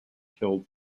killed